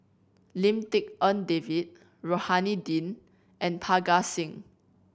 Lim Tik En David Rohani Din and Parga Singh